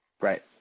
right